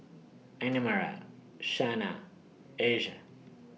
Annemarie Shana Asia